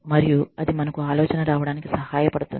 మరియు అది మనకు ఆలోచన రావడానికి సహాయపడుతుంది